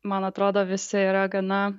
man atrodo visi yra gana